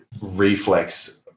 reflex